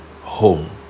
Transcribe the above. home